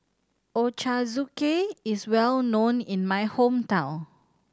ochazuke is well known in my hometown